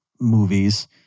movies